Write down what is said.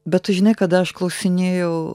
bet tu žinai kada aš klausinėjau